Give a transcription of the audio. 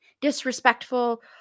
disrespectful